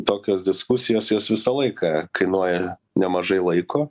tokios diskusijos jos visą laiką kainuoja nemažai laiko